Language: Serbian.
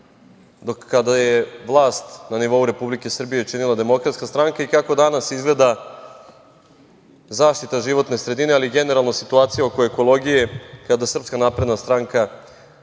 kada je vlast na nivou Republike Srbije činila Demokratska stranka i kako danas izgleda zaštita životne sredine, ali i generalno situacija oko ekologije kada SNS predvodi